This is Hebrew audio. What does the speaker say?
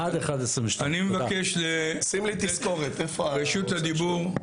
אני במבקש לתת את רשות הדיבור,